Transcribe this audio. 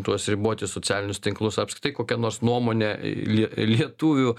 tuos riboti socialinius tinklus apskritai kokią nors nuomonę lie lietuvių